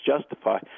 justify